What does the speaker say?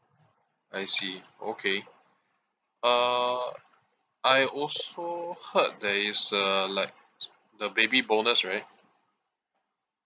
I see okay uh I also heard there is uh like the baby bonus right